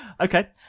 Okay